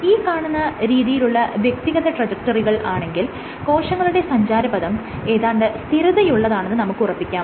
ഈ കാണുന്ന രീതിയിലുള്ള വ്യക്തിഗത ട്രജക്ടറികൾ ആണെങ്കിൽ കോശങ്ങളുടെ സഞ്ചാരപഥം ഏതാണ്ട് സ്ഥിരതയുള്ളതാണെന്ന് നമുക്ക് ഉറപ്പിക്കാം